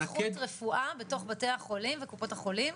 --- מדד איכות רפואה בתוך בתי החולים וקופות החולים,